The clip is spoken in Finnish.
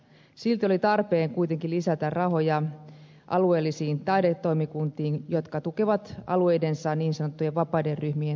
silti oli tarpeen kuitenkin lisätä rahoja alueellisiin taidetoimikuntiin jotka tukevat alueidensa niin sanottujen vapaiden ryhmien toimintaa